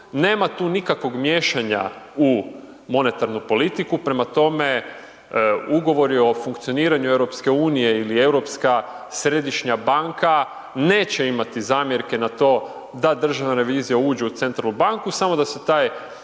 Nema tu nikakvom miješanja u monetarnu politiku. Prema tome, ugovor o funkcioniranju EU ili europska središnja banka, neće imati zamjerke na to, da Državna revizija uđe u Centralnu banku. Samo da se taj,